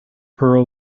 pearl